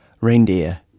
Reindeer